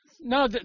No